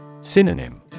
Synonym